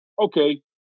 Okay